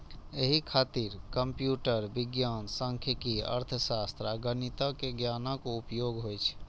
एहि खातिर कंप्यूटर विज्ञान, सांख्यिकी, अर्थशास्त्र आ गणितक ज्ञानक उपयोग होइ छै